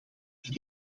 het